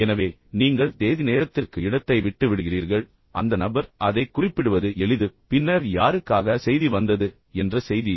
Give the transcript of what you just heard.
எனவே நீங்கள் தேதி நேரத்திற்கு இடத்தை விட்டு விடுகிறீர்கள் அந்த நபர் அதைக் குறிப்பிடுவது எளிது பின்னர் யாருக்காக செய்தி வந்தது என்ற செய்தி